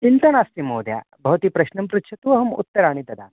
चिन्ता नास्ति महोदया भवती प्रश्नं पृच्छतु अहम् उत्तराणि ददामि